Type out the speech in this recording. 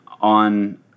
on